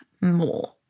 more